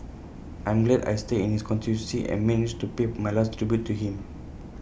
I'm glad I stay in his constituency and managed to pay my last tribute to him